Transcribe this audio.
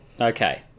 okay